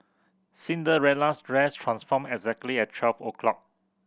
Cinderella's dress transformed exactly at twelve o' clock